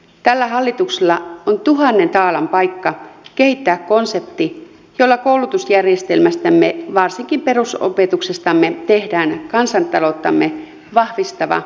tällä hallituksella on tuhannen taalan paikka kehittää konsepti jolla koulutusjärjestelmästämme varsinkin perusopetuksestamme tehdään kansantalouttamme vahvistava menestyvä vientituote